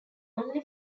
only